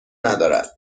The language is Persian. ندارد